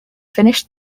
finished